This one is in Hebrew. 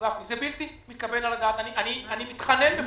אני מתחנן בפניך,